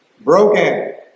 Broken